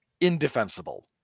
indefensible